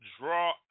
Draw